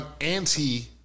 anti